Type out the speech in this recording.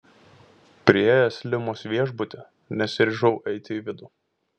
priėjęs limos viešbutį nesiryžau eiti į vidų